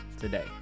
today